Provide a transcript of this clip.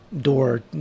door